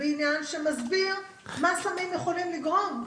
בעניין שמסביר מה סמים יכולים לגרום.